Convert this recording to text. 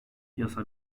yasa